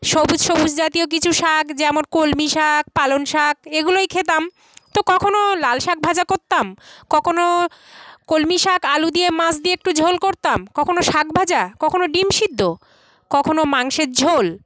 সবুজ সবুজ জাতীয় কিছু শাক যেমন কলমি শাক পালং শাক এগুলোই খেতাম তো কখনও লাল শাক ভাজা করতাম কখনও কলমি শাক আলু দিয়ে মাছ দিয়ে একটু ঝোল করতাম কখনও শাক ভাজা কখনও ডিম সিদ্ধ কখনও মাংসের ঝোল